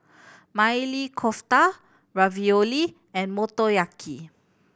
Maili Kofta Ravioli and Motoyaki